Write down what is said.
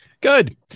Good